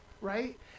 right